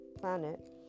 planet